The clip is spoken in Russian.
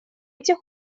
этих